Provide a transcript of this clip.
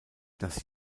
das